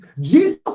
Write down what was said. Jesus